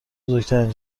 بزرگترین